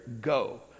go